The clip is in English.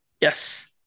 Yes